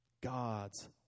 God's